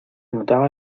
notaba